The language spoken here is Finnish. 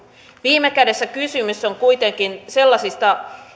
viime kädessä kysymys on kuitenkin sellaisista